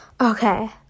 Okay